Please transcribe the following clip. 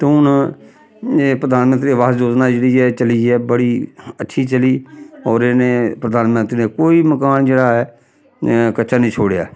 ते हून एह् प्रधानमंत्री आवास योजना जेह्ड़ी एह् चली ऐ बड़ी अच्छी चली होर इ'नें प्रधानमंत्री ने कोई मकान जेह्ड़ा ऐ कच्चा नेईं छोड़ेआ ऐ